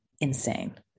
insane